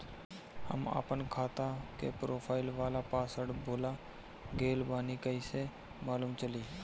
हम आपन खाता के प्रोफाइल वाला पासवर्ड भुला गेल बानी कइसे मालूम चली?